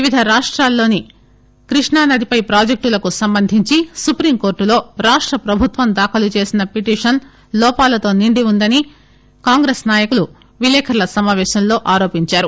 వివిధ రాష్టాల్లోని కృష్ణానదిపై ప్రాజెక్టులకు సంబంధించి సుప్రీంకోర్టులో రాష్ట ప్రభుత్వం దాఖలు చేసిన పిటిషన్ లోపాలతో నిండి ఉందని కాంగ్రెస్ నాయకులు విలేకరుల సమాపేశంలో ఆరోపించారు